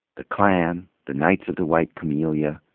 the klan, the knights of the white camellia,